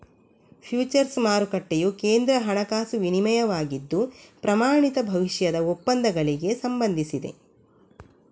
futures ಮಾರುಕಟ್ಟೆಯು ಕೇಂದ್ರ ಹಣಕಾಸು ವಿನಿಮಯವಾಗಿದ್ದು, ಪ್ರಮಾಣಿತ ಭವಿಷ್ಯದ ಒಪ್ಪಂದಗಳಿಗೆ ಸಂಬಂಧಿಸಿದೆ